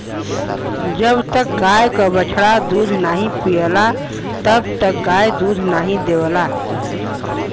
जब तक गाय क बछड़ा दूध नाहीं पियला तब तक गाय दूध नाहीं देवला